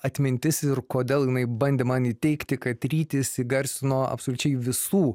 atmintis ir kodėl jinai bandė man įteigti kad rytis įgarsino absoliučiai visų